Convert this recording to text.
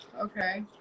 okay